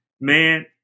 man